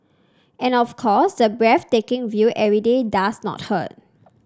and of course the breathtaking view every day does not hurt